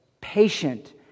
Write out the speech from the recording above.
Patient